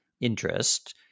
interest